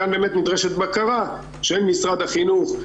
וכאן נדרשת בקרה של משרד החינוך.